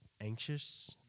anxious